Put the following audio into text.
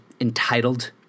entitled